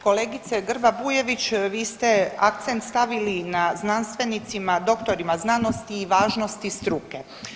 Kolegice Grba Bujević vi ste akcent stavili na znanstvenicima, doktorima znanosti i važnosti struke.